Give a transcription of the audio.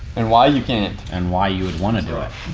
and why you can't. and why you would want to do it.